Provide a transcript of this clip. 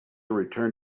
return